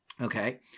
Okay